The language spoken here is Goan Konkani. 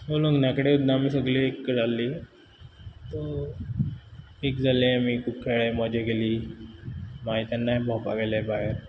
सो लग्ना कडेन आमी सगळीं एक कडेन जाल्लीं सो एक जाल्लीं आमी मजा केली मागीर तेन्नाय भोंवपा गेले भायर